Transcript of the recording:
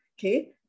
okay